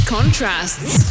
Contrasts